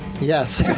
Yes